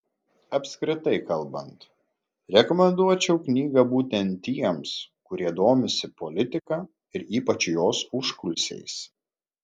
apskritai kalbant rekomenduočiau knygą būtent tiems kurie domisi politika ir ypač jos užkulisiais